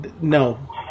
No